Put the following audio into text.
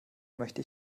möchte